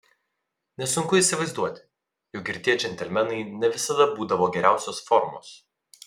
nesunku įsivaizduoti jog ir tie džentelmenai ne visada būdavo geriausios formos